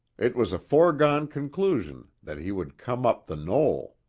it was a foregone conclusion that he would come up the knoll.